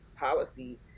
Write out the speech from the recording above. Policy